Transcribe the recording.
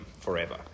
forever